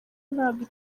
ntabwo